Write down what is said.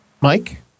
Mike